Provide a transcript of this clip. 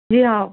جی ہاں